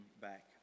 back